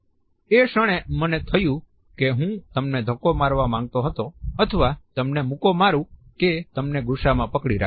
એ ક્ષણે મને થયું કે હું તમને ધક્કો મારવા માગતો હતો અથવા તમને મુક્કો મારુ કે તમને ગુસ્સામાં પકડી રાખું